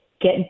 get